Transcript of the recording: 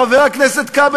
חבר הכנסת כבל,